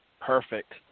Perfect